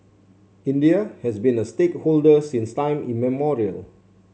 India has been a stakeholder since time immemorial